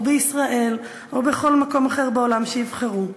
או בישראל או בכל מקום אחר בעולם שיבחרו,